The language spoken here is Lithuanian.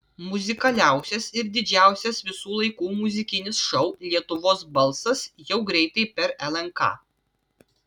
muzikaliausias ir didžiausias visų laikų muzikinis šou lietuvos balsas jau greitai per lnk